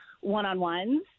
one-on-ones